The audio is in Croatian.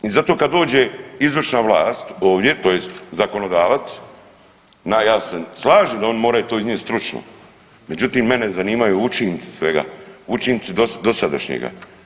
I zato kad dođe izvršna vlast ovdje, tj. zakonodavac, ja se slažem da oni to moraju iznijeti stručno, međutim, mene zanimaju učinci svega, učinci dosadašnjega.